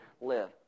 live